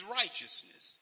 righteousness